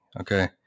okay